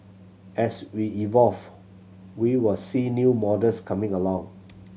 as we evolve we was see new models coming along